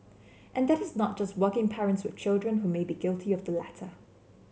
and that is not just working parents with children who may be guilty of the latter